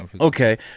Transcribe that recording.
Okay